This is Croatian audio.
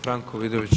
Franko Vidović.